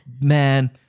man